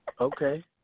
Okay